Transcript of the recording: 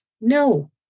No